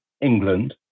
england